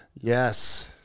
Yes